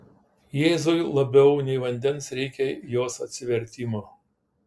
jėzui labiau nei vandens reikia jos atsivertimo